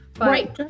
right